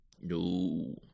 No